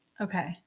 okay